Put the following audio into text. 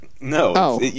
no